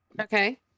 Okay